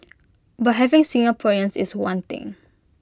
but having Singaporeans is one thing